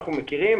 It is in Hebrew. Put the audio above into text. אנחנו מכירים,